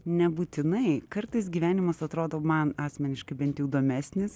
nebūtinai kartais gyvenimas atrodo man asmeniškai bent jau įdomesnis